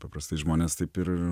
paprastai žmonės taip ir